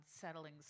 settling